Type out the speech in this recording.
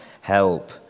help